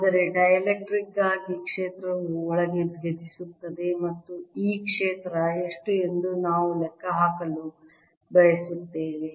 ಆದರೆ ಡಿಎಲೆಕ್ಟ್ರಿಕ್ ಗಾಗಿ ಕ್ಷೇತ್ರವು ಒಳಗೆ ಭೇದಿಸುತ್ತದೆ ಮತ್ತು ಈ ಕ್ಷೇತ್ರ ಎಷ್ಟು ಎಂದು ನಾವು ಲೆಕ್ಕಹಾಕಲು ಬಯಸುತ್ತೇವೆ